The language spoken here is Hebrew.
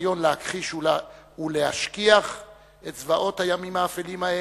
בניסיון להכחיש ולהשכיח את זוועות הימים האפלים ההם,